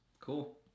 Cool